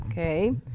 okay